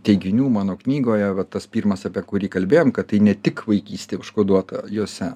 teiginių mano knygoje va tas pirmas apie kurį kalbėjom kad tai ne tik vaikystė užkoduota jose